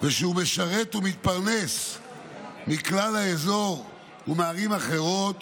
שהוא משרת ומתפרנס מכלל האזור ומערים אחרות